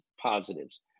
positives